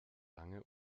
lange